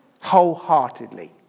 wholeheartedly